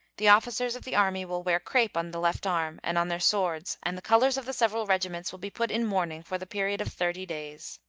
the officers of the army will wear crape on the left arm and on their swords and the colors of the several regiments will be put in mourning for the period of thirty days.